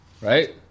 Right